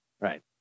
Right